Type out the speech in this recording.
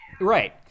Right